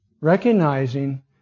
Recognizing